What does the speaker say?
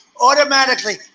Automatically